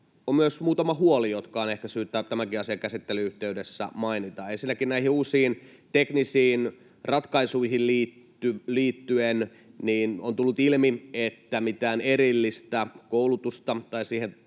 on myös muutama huoli, jotka on ehkä syytä tämänkin asian käsittelyn yhteydessä mainita. Ensinnäkin näihin uusiin teknisiin ratkaisuihin liittyen on tullut ilmi, että mitään erillistä koulutusta tai siihen